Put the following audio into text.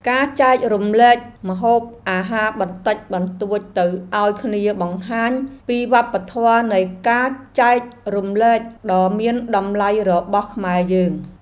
ការចែករំលែកម្ហូបអាហារបន្តិចបន្តួចទៅឱ្យគ្នាបង្ហាញពីវប្បធម៌នៃការចែករំលែកដ៏មានតម្លៃរបស់ខ្មែរយើង។